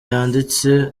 yanditseho